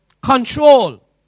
control